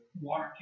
water